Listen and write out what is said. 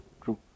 true